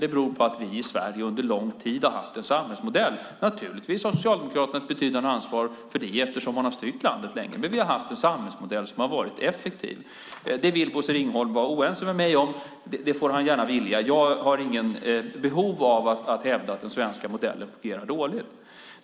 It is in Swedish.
Det beror på att vi i Sverige under lång tid har haft en samhällsmodell som har varit effektiv. Naturligtvis har Socialdemokraterna ett betydande ansvar för det eftersom man har styrt landet länge. Det vill Bosse Ringholm vara oense med mig om. Det får han gärna vilja. Jag har inget behov av att hävda att den svenska modellen fungerar dåligt.